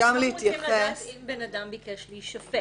הרי כולם רוצים לדעת אם בן אדם ביקש להישפט,